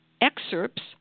Excerpts